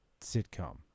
sitcom